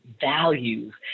values